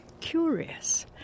curious